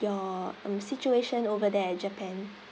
your um situation over there at japan